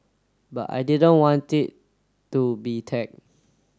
but I didn't want it to be tag